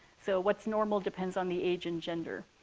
so what's normal depends on the age and gender.